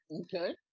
Okay